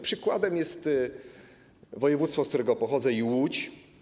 Przykładem jest województwo, z którego pochodzę, i Łódź.